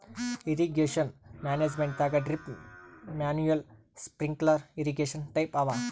irrigation ಮ್ಯಾನೇಜ್ಮೆಂಟದಾಗ್ drip manual sprinkler irrigation type ಅವ